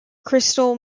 crystal